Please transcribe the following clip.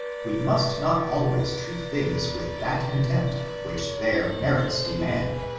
we must not always treat things with that contempt which their merits demand.